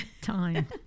Time